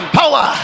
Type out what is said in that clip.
power